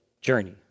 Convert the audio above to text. journey